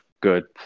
good